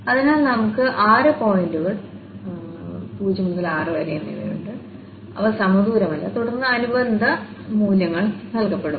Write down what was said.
അതിനാൽ നമുക്ക് ആറ് പോയിന്റുകൾ 0 1 2 4 5 6 എന്നിവയുണ്ട് അവ സമദൂരമല്ല തുടർന്ന് അനുബന്ധ മൂല്യങ്ങൾ നൽകപ്പെടും